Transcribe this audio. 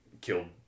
killed